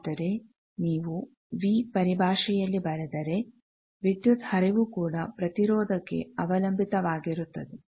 ಆದರೆ ನೀವು ವಿ ಪರಿಭಾಷೆಯಲ್ಲಿ ಬರೆದರೆ ವಿದ್ಯುತ್ ಹರಿವು ಕೂಡ ಪ್ರತಿರೋಧಕ್ಕೆ ಅವಲಂಬಿತವಾಗಿರುತ್ತದೆ